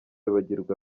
bagirwa